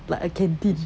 like a canteen